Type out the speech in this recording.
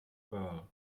pearl